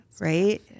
right